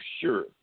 sure